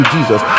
Jesus